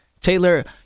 Taylor